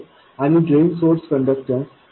आणि drain source conductance zero होईल